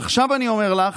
עכשיו אני אומר לך,